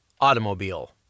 automobile